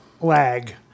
lag